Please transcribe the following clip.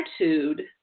attitude